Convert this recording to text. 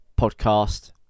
podcast